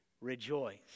rejoice